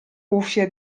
cuffia